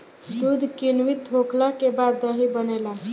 दूध किण्वित होखला के बाद दही बनेला